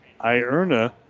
Ierna